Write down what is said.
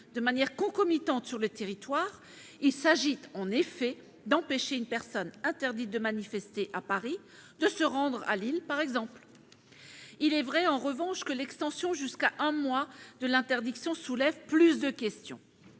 de manière concomitante sur le territoire, il s'agit en effet d'empêcher une personne interdite de manifester à Paris de se rendre à Lille pour ce faire, par exemple. Il est vrai, en revanche, que l'extension jusqu'à un mois de l'interdiction soulève plus de questions.